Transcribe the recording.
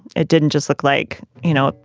it didn't just look like, you know,